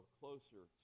closer